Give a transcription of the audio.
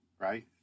right